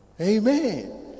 Amen